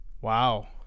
Wow